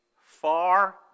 far